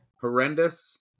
Horrendous